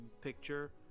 picture